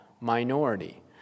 minority